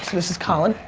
this is colin,